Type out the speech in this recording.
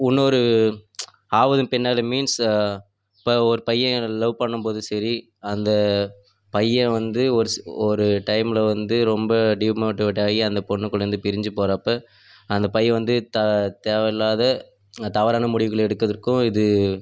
இன்னொரு ஆவதும் பெண்ணாலே மீன்ஸ் இப்போ ஒரு பையன் லவ் பண்ணும் போதும் சரி அந்த பையன் வந்து ஒரு ஸ் ஒரு டைமில் வந்து ரொம்ப டீமோட்டிவேட் ஆகி அந்த பொண்ணுக்கூட இருந்து பிரிஞ்சு போகிறப்ப அந்த பையன் வந்து தான் தேவையில்லாத தவறான முடிவுகளை எடுக்கிறதுக்கும் இது